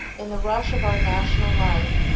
in the rush of our national life,